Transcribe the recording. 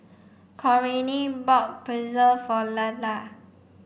Corinne bought Pretzel for Lelar